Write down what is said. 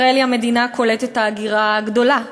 ישראל היא המדינה קולטת ההגירה הגדולה בעולם.